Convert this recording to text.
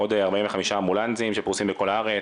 עוד 45 אמבולנסים שפרוסים בכל הארץ,